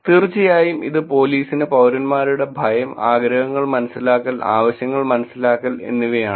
തീർച്ചയായും ഇത് പൊലീസിന് പൌരന്മാരുടെ ഭയം ആഗ്രഹങ്ങൾ മനസ്സിലാക്കൽ ആവശ്യങ്ങൾ മനസ്സിലാക്കൽ എന്നിവയാണ്